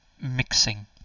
mixing